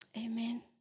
Amen